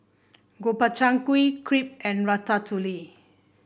Gobchang Gui Crepe and Ratatouille